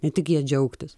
ne tik ja džiaugtis